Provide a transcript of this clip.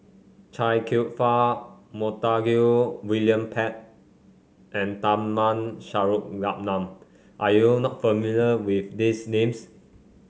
Chia Kwek Fah Montague William Pett and Tharman Shanmugaratnam are you not familiar with these names